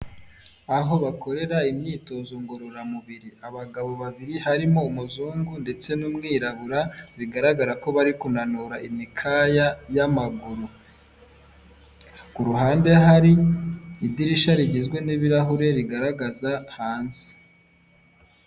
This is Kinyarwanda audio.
Aho bakorera imyitozo ngororamubiri, abagabo babiri harimo umuzungu ndetse n'umwirabura bigaragara ko bari kunanura imikaya y'amaguru ku ruhande hari idirishya rigizwe n'ibirahure rigaragaza hanze.